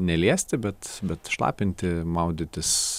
neliesti bet bet šlapinti maudytis